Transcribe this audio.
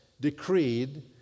decreed